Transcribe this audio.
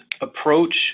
approach